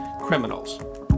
criminals